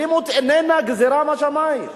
אלימות איננה גזירה משמים.